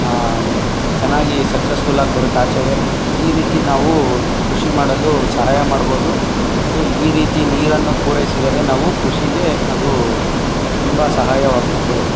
ಚೆನ್ನಾಗಿ ಸಕ್ಸಸ್ಫುಲ್ಲಾಗಿ ಬರುತ್ತೆ ಆಚೆಗೆ ಈ ರೀತಿ ನಾವು ಕೃಷಿ ಮಾಡಲು ಸಹಾಯ ಮಾಡ್ಬೋದು ಮತ್ತು ಈ ರೀತಿ ನೀರನ್ನು ಪೂರೈಸಿದರೆ ನಾವು ಕೃಷಿಗೆ ಅದು ತುಂಬ ಸಹಾಯವಾಗುತ್ತದೆ